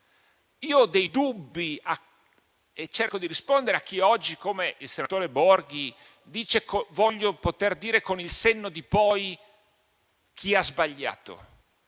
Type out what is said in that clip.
- ho dei dubbi e cerco di rispondere a chi, oggi, come il senatore Borghi, dice di poter dire, con il senno di poi, chi ha sbagliato,